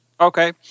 Okay